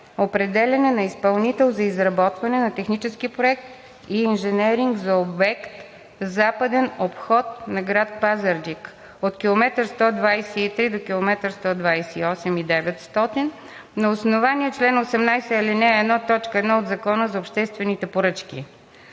„Определяне на изпълнител за изработване на технически проект и инженеринг за обект Западен обход на град Пазарджик от км 123 до км 128,900.“ На основание чл. 18, ал. 1, т. 1 от Закона за обществените поръчки